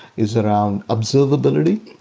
is around observability,